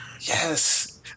Yes